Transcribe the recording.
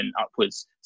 upwards